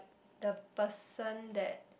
the person that